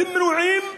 אתם מנועים מלעשות,